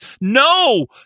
No